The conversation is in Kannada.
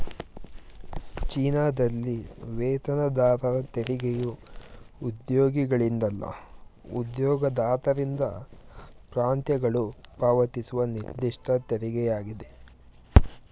ಚೀನಾದಲ್ಲಿ ವೇತನದಾರರ ತೆರಿಗೆಯು ಉದ್ಯೋಗಿಗಳಿಂದಲ್ಲ ಉದ್ಯೋಗದಾತರಿಂದ ಪ್ರಾಂತ್ಯಗಳು ಪಾವತಿಸುವ ನಿರ್ದಿಷ್ಟ ತೆರಿಗೆಯಾಗಿದೆ